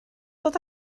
dod